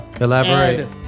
elaborate